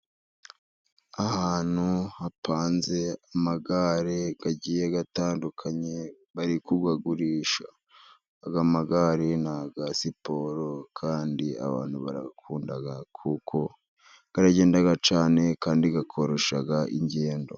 Ahantu hapanze amagare agiye atandukanye, bari kuyagurisha. Aya magare ni aya siporo kandi abantu barayakunda, kuko aragenda cyane kandi akoroshya ingendo.